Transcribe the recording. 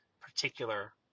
particular